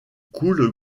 coule